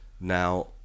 Now